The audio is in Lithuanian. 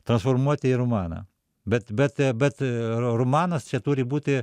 transformuoti į romaną bet bet bet romanas čia turi būti